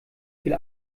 viel